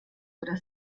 oder